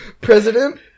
president